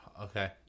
Okay